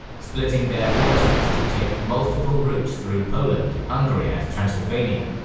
splitting their forces to take multiple routes through poland, hungary and transylvania.